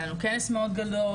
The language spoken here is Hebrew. היה לנו קייס מאוד גדול,